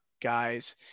guys